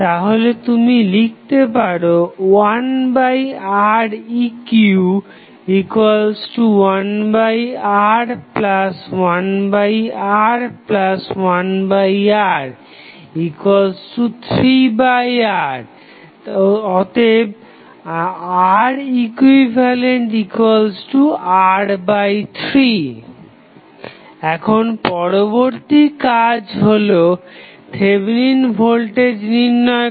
তাহলে তুমি লিখতে পারো 1Req1R1R1R3R ReqR3 এখন পরবর্তী কাজ হল থেভেনিন ভোল্টেজ নির্ণয় করা